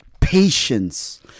patience